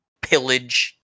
pillage